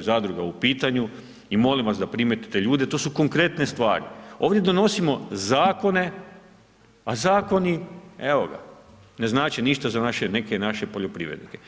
zadruga u pitanju i molim vas da primijetite ljude, to su konkretne stvari, ovdje donosimo zakone a zakoni evo ga, ne znače ništa za naše neke naše poljoprivrednike.